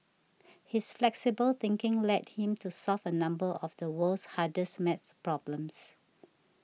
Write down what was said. his flexible thinking led him to solve a number of the world's hardest math problems